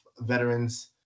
veterans